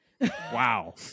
wow